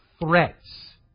threats